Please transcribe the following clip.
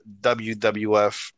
wwf